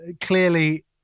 clearly